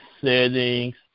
settings